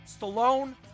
Stallone